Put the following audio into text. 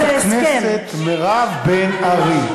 חברת הכנסת מירב בן ארי,